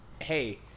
hey